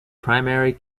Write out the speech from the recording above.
primary